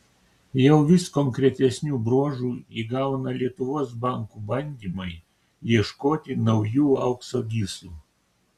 jau vis konkretesnių bruožų įgauna lietuvos bankų bandymai ieškoti naujų aukso gyslų